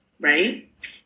Right